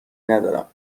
ندارم